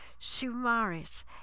sumaris